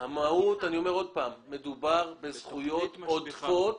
מדובר בזכויות עודפות,